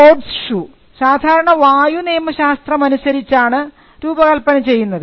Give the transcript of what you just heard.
sports shoe സാധാരണ വായു നിയമശാസ്ത്രം അനുസരിച്ചാണ് രൂപകൽപ്പന ചെയ്യുന്നത്